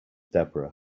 deborah